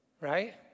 Right